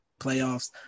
playoffs